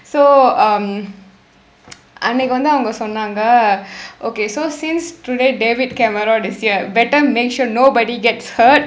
so um அன்னைக்கு வந்து அவங்க சொன்னாங்க:annaikku vanthu avnga sonnaanga ok so since today david cameron is here better make sure nobody gets hurt